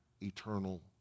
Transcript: eternal